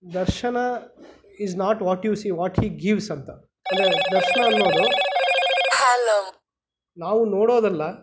ದರ್ಶನ is not what you see what he gives ಅಂತ ದರ್ಶನ ಅನ್ನೋದು ನಾವು ನೋಡೋದಲ್ಲ